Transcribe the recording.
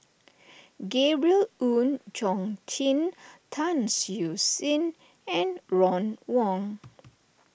Gabriel Oon Chong Jin Tan Siew Sin and Ron Wong